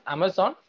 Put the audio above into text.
Amazon